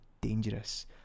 dangerous